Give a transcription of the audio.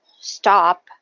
stop